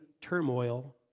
turmoil